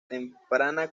temprana